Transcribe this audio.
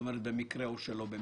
במקרה או שלא במקרה.